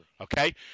Okay